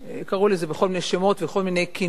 קראו לזה בכל מיני שמות ובכל מיני כינויים,